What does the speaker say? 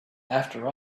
after